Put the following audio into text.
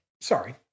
Sorry